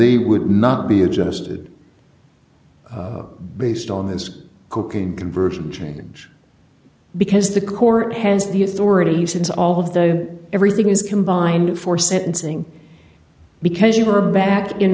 they would not be adjusted based on his cooking conversion change because the court has the authority since all of the and everything is combined for sentencing because you are back in